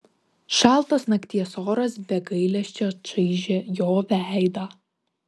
šaltas nakties oras be gailesčio čaižė jo veidą